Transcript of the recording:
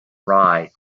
right